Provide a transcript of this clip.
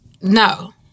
no